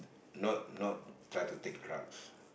no no try to take drugs